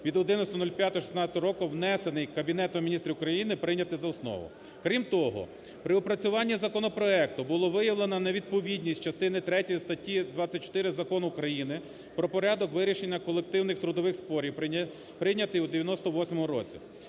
від 11.05.2016 року, внесений Кабінетом Міністрів України, прийняти за основу. Крім того, при опрацюванні законопроекту було виявлено невідповідність частини третьої статті 24 Закону України про порядок вирішення колективних трудових спорів, прийнятий у 1998 році,